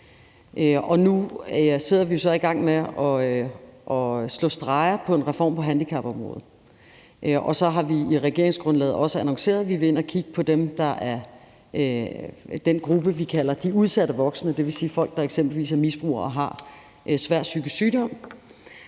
jo så og er i gang med at slå streger under en reform på handicapområdet, og så har vi i regeringsgrundlaget også annonceret, at vi vil ind at kigge på den gruppe, vi kalder de udsatte voksne, dvs. folk, der eksempelvis er misbrugere og har svær psykisk sygdom.